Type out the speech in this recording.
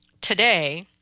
today